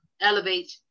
elevate